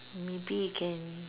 maybe you can